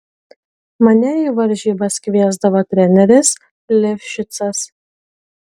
mane į varžybas kviesdavo treneris livšicas